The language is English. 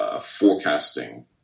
Forecasting